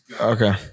Okay